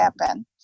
happen